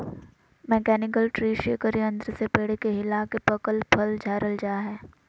mechanical tree shaker यंत्र से पेड़ के हिलाके पकल फल झारल जा हय